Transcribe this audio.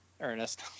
Ernest